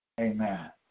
Amen